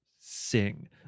sing